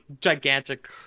gigantic